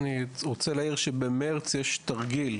במרץ יש תרגיל,